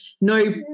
no